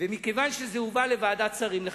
ומכיוון שזה הובא לוועדת שרים לחקיקה,